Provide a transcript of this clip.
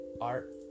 art